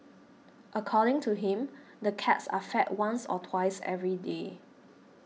according to him the cats are fed once or twice every day